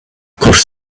course